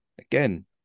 again